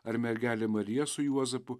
ar mergelė marija su juozapu